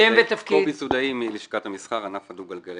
לשכת המסחר, הענף הדו גלגלי.